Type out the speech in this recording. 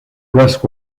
rusk